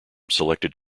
selected